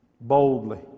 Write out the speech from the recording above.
boldly